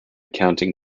counting